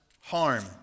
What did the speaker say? harm